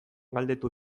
galdetu